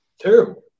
Terrible